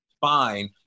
fine